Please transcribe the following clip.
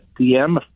DM